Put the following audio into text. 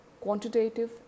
quantitative